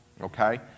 Okay